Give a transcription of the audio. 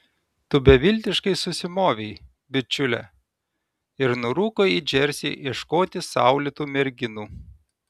tu beviltiškai susimovei bičiule ir nurūko į džersį ieškoti saulėtų merginų